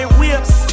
whips